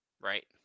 Right